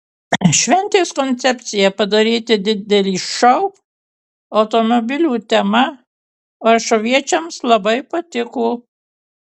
šventės koncepcija padaryti didelį šou automobilių tema varšuviečiams labai patiko